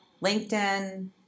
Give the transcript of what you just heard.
LinkedIn